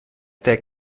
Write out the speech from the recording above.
der